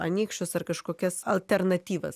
anykščius ar kažkokias alternatyvas